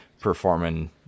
performing